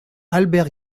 albert